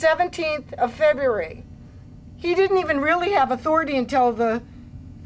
seventeenth of february he didn't even really have authority until the